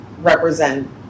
represent